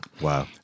Wow